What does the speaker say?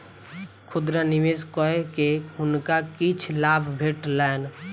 खुदरा निवेश कय के हुनका किछ लाभ भेटलैन